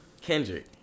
Kendrick